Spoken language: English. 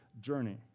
journey